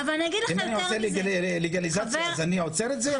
אם אני עושה לגליזציה אז אני עוצר את זה?